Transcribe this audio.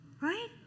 right